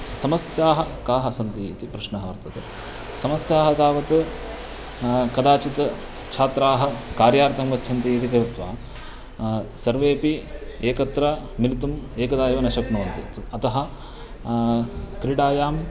समस्याः काः सन्ति इति प्रश्नः वर्तते समस्याः तावत् कदाचित् छात्राः कार्यार्थं गच्छन्ति इति कृत्वा सर्वेपि एकत्र मिलितुम् एकदा एव न शक्नुवन्ति अतः क्रीडायाम्